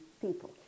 people